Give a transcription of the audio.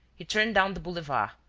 he turned down the boulevard,